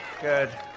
Good